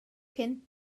cyn